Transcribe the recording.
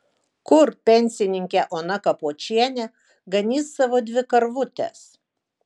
kur pensininkė ona kapočienė ganys savo dvi karvutes